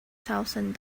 thousand